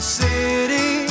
city